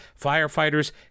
firefighters